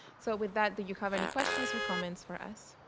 so with that do you have any questions or comments for us?